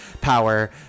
power